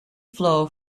flow